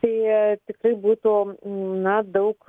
tai tikrai būtų na daug